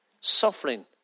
Suffering